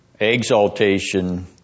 exaltation